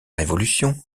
révolution